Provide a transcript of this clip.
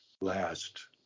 Last